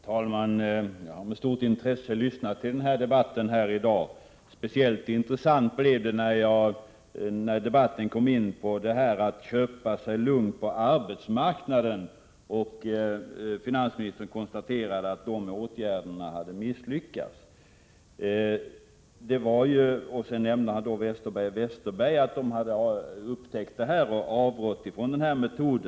Herr talman! Jag har med stort intresse lyssnat till debatten här i dag. Speciellt intressant blev det när man i debatten kom in på detta med att köpa sig lugn på arbetsmarknaden. Finansministern konstaterade att dessa åtgärder hade misslyckats. Han nämnde i detta sammanhang att Westerberg och Westerberg hade upptäckt detta och hade avrått från denna metod.